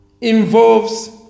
involves